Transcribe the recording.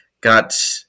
got